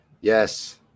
Yes